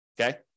okay